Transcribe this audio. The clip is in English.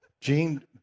Gene